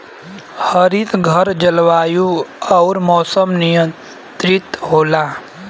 हरितघर जलवायु आउर मौसम नियंत्रित होला